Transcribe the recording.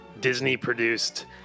Disney-produced